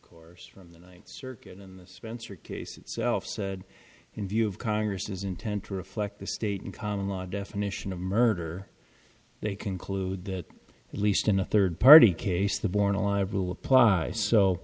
course from the ninth circuit in the spencer case itself said in view of congress's intent to reflect the state in common law definition of murder they conclude that at least in a third party case the born alive rule applies so